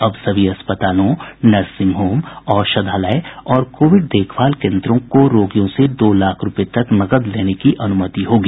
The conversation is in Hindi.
अब सभी अस्पतालों नर्सिंग होम औषधालयों और कोविड देखभाल केन्द्रों को रोगियों से दो लाख रूपये तक नकद लेने की अनुमति होगी